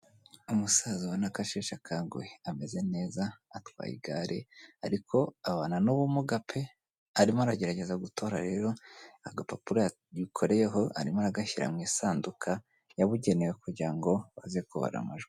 Umusaza ubona ko akasheshe akanguhe, ameze neza atwaye igare, ariko abana n'ubumuga pe. Arimo aragerageza gutora rero agapapuro yakoreyeho arimo agashyira mu isanduku yabugenewe, kugira ngo baze kubara amajwi.